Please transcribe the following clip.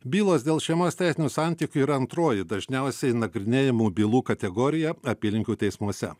bylos dėl šeimos teisinių santykių yra antroji dažniausiai nagrinėjamų bylų kategorija apylinkių teismuose